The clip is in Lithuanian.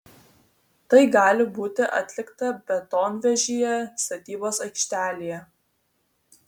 tai gali būti atlikta betonvežyje statybos aikštelėje